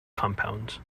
compounds